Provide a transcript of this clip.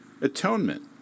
atonement